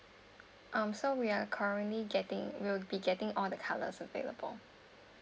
um so we are currently getting we will be getting all the colors available